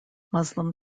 muslim